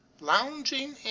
lounging